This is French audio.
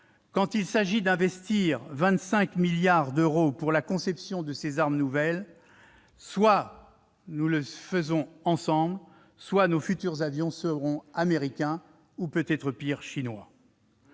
quand il s'agit d'investir 25 milliards d'euros pour la conception de ces armes nouvelles, soit nous le faisons ensemble, soit nos futurs avions seront américains ou, pire encore, chinois.